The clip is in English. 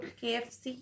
kfc